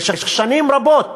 במשך שנים רבות,